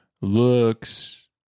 looks